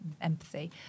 empathy